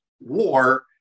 war